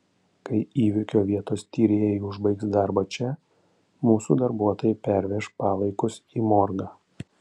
kai įvykio vietos tyrėjai užbaigs darbą čia mūsų darbuotojai perveš palaikus į morgą